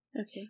Okay